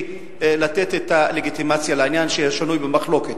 לתת את הלגיטימציה לעניין ששנוי במחלוקת.